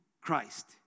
Christ